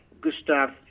Gustav